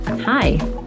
Hi